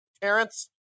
Terrence